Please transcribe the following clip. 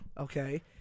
Okay